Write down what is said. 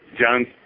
John